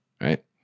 right